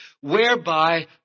whereby